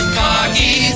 cocky